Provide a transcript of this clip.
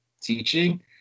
teaching